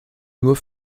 nur